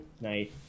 Nice